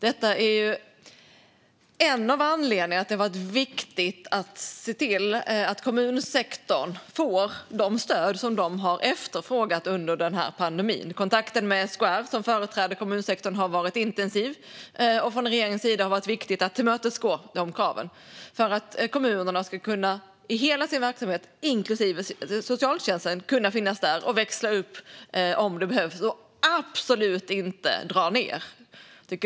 Detta är en av anledningarna till att det har varit viktigt att se till att kommunsektorn får de stöd som den har efterfrågat under pandemin. Kontakten med SKR, som företräder kommunsektorn, har varit intensiv. Från regeringens sida har det varit viktigt att tillmötesgå de kraven för att kommunerna ska kunna finnas där i hela sin verksamhet, inklusive socialtjänsten, och växla upp om det behövs och absolut inte dra ned.